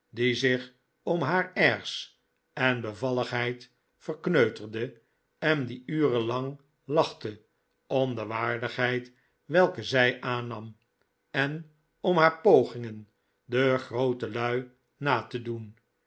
die zich om haar airs en bevalligheid vcrkneuterde en die uren lang lachte om de waardigheid welke zij aannam en om haar pogingen de groote lui na te doen